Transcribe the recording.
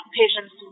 patients